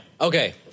Okay